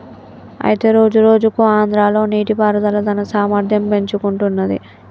అయితే రోజురోజుకు ఆంధ్రాలో నీటిపారుదల తన సామర్థ్యం పెంచుకుంటున్నది